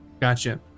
Gotcha